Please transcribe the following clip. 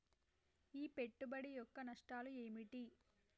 ఈ పెట్టుబడి యొక్క నష్టాలు ఏమిటి?